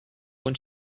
when